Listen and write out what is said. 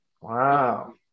wow